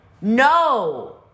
No